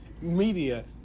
media